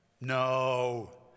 No